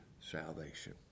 salvation